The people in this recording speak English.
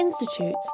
Institute